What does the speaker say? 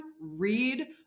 read